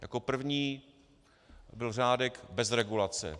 Jako první byl řádek bez regulace.